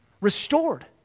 restored